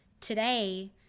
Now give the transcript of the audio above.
today